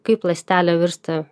kaip ląstelė virsta